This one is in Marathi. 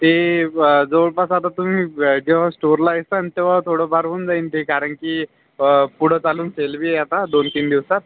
ते जवळपास आता तुम्ही जेव्हा स्टोअरला येतान तेव्हा थोडंफार होऊन जाईल ते कारण की अं पुढं चालून सेल बी आहे आता दोन तीन दिवसात